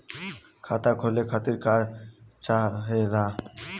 खाता खोले खातीर का चाहे ला?